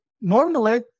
normally